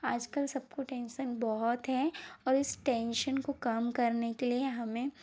आजकल सबको टेंशन बहुत है और इस टेंशन को कम करने के लिए हमें